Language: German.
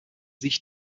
sich